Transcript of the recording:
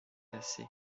hace